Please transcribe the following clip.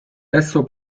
esso